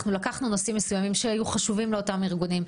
אנחנו לקחנו נושאים מסוימים שהיו חשובים לאותם ארגונים,